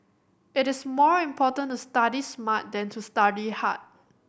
it is more important to study smart than to study hard